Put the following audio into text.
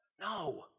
No